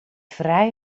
vrij